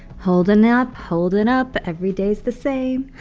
holding up. holding up. every day's the same